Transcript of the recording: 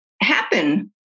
happen